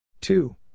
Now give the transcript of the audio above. two